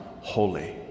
holy